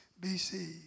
BC